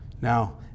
Now